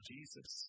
Jesus